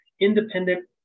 independent